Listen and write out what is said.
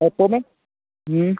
Oppo में हम्म